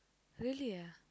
really ah